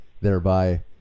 thereby